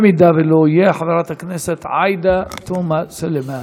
אם לא יהיה, חברת הכנסת עאידה תומא סלימאן.